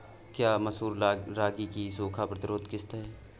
क्या मसूर रागी की सूखा प्रतिरोध किश्त है?